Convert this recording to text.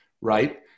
right